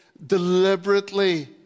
deliberately